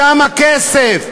שם הכסף.